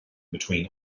between